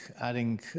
adding